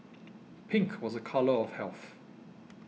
pink was a colour of health